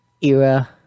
era